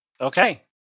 Okay